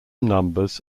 numbers